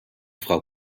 frau